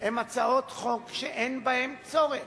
הן הצעות חוק שאין בהן צורך.